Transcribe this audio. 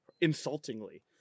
insultingly